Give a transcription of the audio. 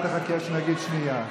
אל תחכה שנגיד שנייה.